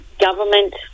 government